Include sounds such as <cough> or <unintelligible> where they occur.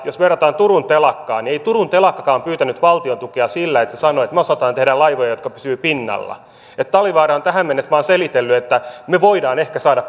jos verrataan turun telakkaan niin ei turun telakkakaan pyytänyt valtiontukea sillä että se sanoi että me osaamme tehdä laivoja jotka pysyvät pinnalla talvivaara on tähän mennessä vain selitellyt että me voimme ehkä saada <unintelligible>